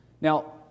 Now